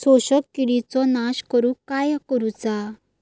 शोषक किडींचो नाश करूक काय करुचा?